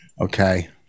okay